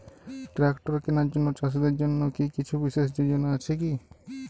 Tractor কেনার জন্য চাষীদের জন্য কী কিছু বিশেষ যোজনা আছে কি?